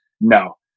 No